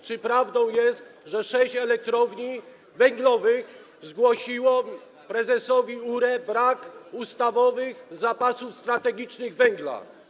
Czy prawdą jest, że sześć elektrowni węglowych zgłosiło prezesowi URE brak ustawowych zapasów strategicznych węgla?